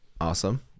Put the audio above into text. Awesome